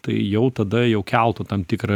tai jau tada jau keltų tam tikrą